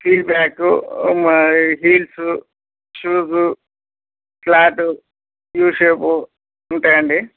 స్ీల్ బ్యాగకు heels shoes slot U shape ఉంటాయండి